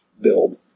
build